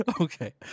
Okay